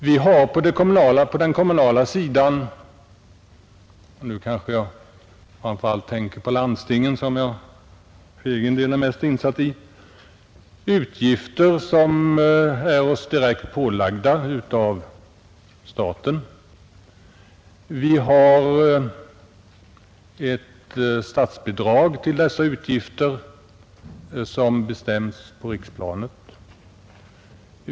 Vi har på det kommunala området — jag tänker härvid främst på landstingen, vilkas ekonomi jag för egen del är mest insatt i — utgifter som är direkt pålagda av staten. Vi har ett statsbidrag till dessa utgifter vars storlek bestäms på riksplanet.